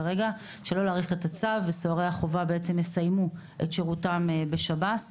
כרגע וסוהרי החובה יסיימו את שירותם בשב"ס.